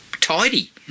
tidy